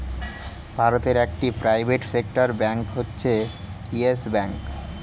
ভারতে একটি private sector bank হচ্ছে ইয়েস ব্যাঙ্ক